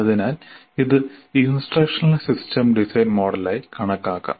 അതിനാൽ ഇത് instructional system design മോഡലായി കണക്കാക്കണം